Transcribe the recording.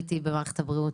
והייתי במערכת הבריאות,